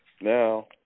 now